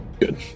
good